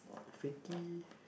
Fakey